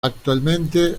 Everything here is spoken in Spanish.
actualmente